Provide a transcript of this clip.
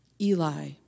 Eli